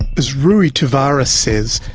as rui tavares says,